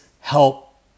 help